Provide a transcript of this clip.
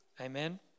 Amen